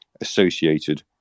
associated